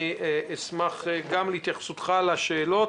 אני אשמח גם להתייחסותך לשאלות,